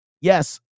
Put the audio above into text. Yes